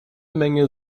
menge